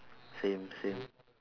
same same